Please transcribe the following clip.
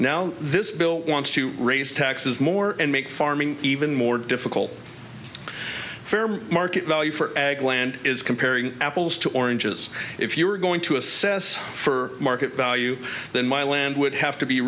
now this bill wants to raise taxes more and make farming even more difficult fair market value for ag land is comparing apples to oranges if you are going to assess for market value then my land would have to be